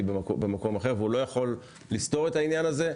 במקום אחר והוא לא יכול לסתור את העניין הזה,